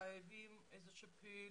חייבים איזושהי פעילות,